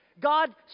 God